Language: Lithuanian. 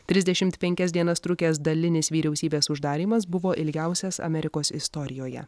trisdešimt penkias dienas trukęs dalinis vyriausybės uždarymas buvo ilgiausias amerikos istorijoje